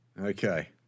Okay